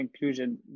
inclusion